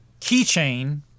Keychain